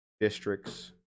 districts